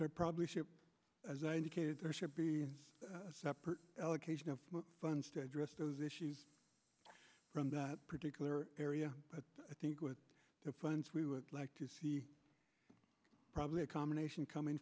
they're probably sure as i indicated there should be separate allocation of funds to address those issues from that particular area but i think with the funds we would like to see probably a combination coming